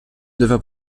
devient